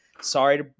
Sorry